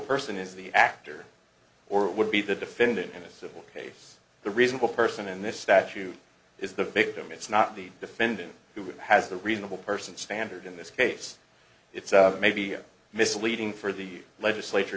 person is the actor or would be the defendant in a civil case the reasonable person in this statute is the victim it's not the defendant who has the reasonable person standard in this case it's maybe misleading for the legislature